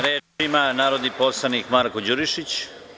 Reč ima narodni poslanik Marko Đurišić.